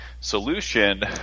solution